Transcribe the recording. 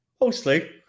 Mostly